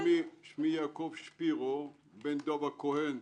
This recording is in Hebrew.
שמי יעקב שפירו בן דב הכהן.